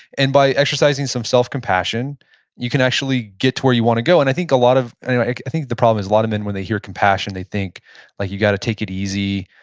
and by exercising some self-compassion you can actually get to where you want to go. and i think a lot of, and i like think the problem is a lot of men when they hear compassion they think like you got to take it easy.